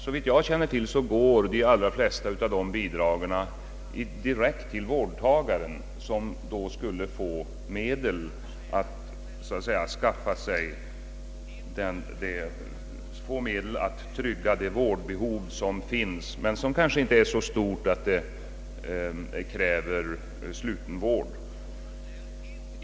Såvitt jag känner till går de allra flesta av dessa bidrag direkt till vårdtagaren, vilken alltså får medel att trygga det vårdbehov som föreligger men som inte är så stort att det kräver sluten vård.